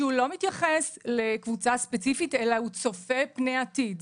שהוא לא מתייחס לקבוצה ספציפית אלא הוא צופה פני עתיד.